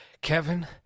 Kevin